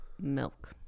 milk